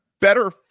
better